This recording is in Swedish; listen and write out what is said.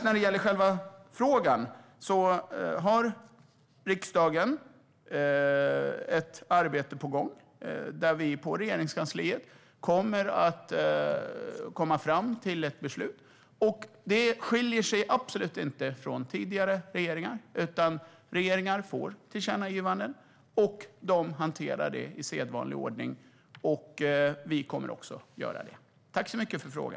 När det gäller själva frågan har riksdagen ett arbete på gång. Vi kommer att komma fram till ett beslut på Regeringskansliet. Detta skiljer sig absolut inte från tidigare regeringar, utan regeringar får tillkännagivanden som de hanterar i sedvanlig ordning. Det kommer vi också att göra.